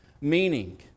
meaning